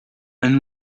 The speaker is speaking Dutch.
een